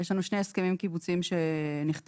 יש לנו שני הסכמים קיבוציים שנחתמו